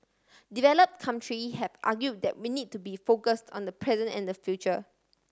develop country have argue that we need to be focus on the present and the future